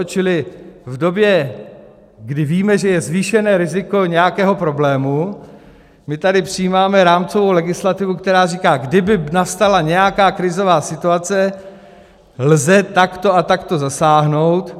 Čili v době, kdy víme, že je zvýšené riziko nějakého problému, my tady přijímáme rámcovou legislativu, která říká: kdyby nastala nějaká krizová situace, lze takto a takto zasáhnout.